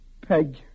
Peg